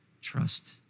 Trust